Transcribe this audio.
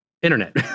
internet